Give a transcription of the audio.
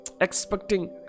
expecting